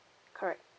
correct